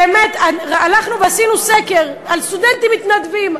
באמת, הלכנו ועשינו סקר על סטודנטים מתנדבים.